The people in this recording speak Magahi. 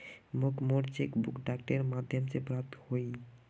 मोक मोर चेक बुक डाकेर माध्यम से प्राप्त होइए